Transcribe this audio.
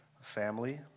family